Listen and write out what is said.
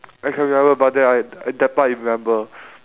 I can remember but then I I that part I remember